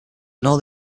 nor